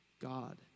God